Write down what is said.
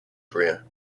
career